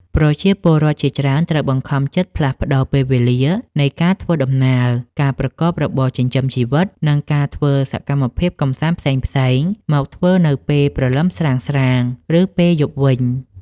ប្រជាពលរដ្ឋជាច្រើនត្រូវបង្ខំចិត្តផ្លាស់ប្តូរពេលវេលានៃការធ្វើដំណើរ ការប្រកបរបរចិញ្ចឹមជីវិត និងការធ្វើសកម្មភាពកម្សាន្តផ្សេងៗមកធ្វើនៅពេលព្រលឹមស្រាងៗ ឬពេលយប់វិញ។